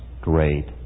great